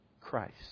Christ